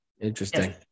Interesting